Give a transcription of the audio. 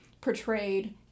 portrayed